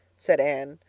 said anne,